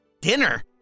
Dinner